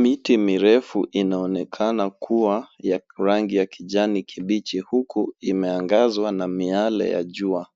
Miti mirefu inaonekana kuwa ya rangi ya kijani kibichi huku imeangazwa na miale ya jua.